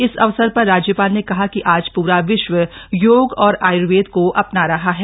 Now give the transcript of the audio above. इस अवसर पर राज्यपाल ने कहा कि आज पूरा विश्व योग और आयुर्वेद को अपना रहा है